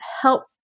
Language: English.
help